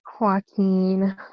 Joaquin